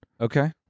Okay